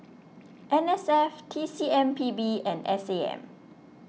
N S F T C M P B and S A M